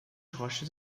rochas